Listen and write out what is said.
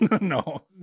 no